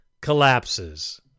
collapses